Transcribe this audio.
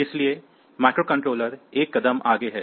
इसलिए माइक्रोकंट्रोलर 1 कदम आगे हैं